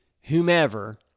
whomever